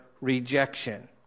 rejection